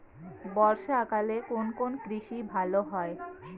বর্ষা কালে কোন কোন কৃষি ভালো হয়?